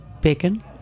bacon